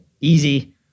easy